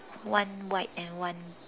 one white and one